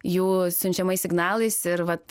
jų siunčiamais signalais ir vat